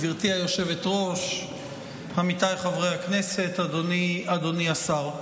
גברתי היושבת-ראש, עמיתיי חברי הכנסת, אדוני השר,